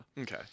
Okay